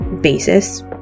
basis